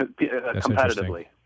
competitively